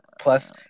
Plus